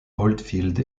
oldfield